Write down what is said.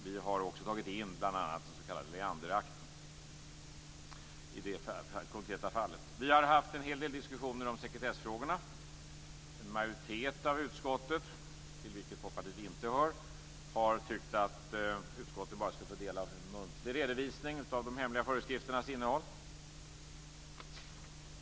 Vi har tagit in bl.a. den s.k. Leanderakten i det konkreta fallet. Vi har haft en hel del diskussioner om sekretessfrågorna. En majoritet i utskottet, till vilken Folkpartiet inte hör, har tyckt att utskottet bara skall få del av en muntlig redovisning av de hemliga föreskrifternas innehåll.